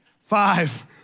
five